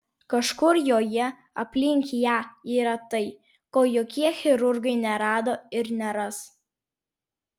kažkur joje aplink ją yra tai ko jokie chirurgai nerado ir neras